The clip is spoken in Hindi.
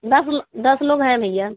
दस लो दस लोग हैं भैया